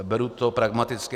Beru to pragmaticky.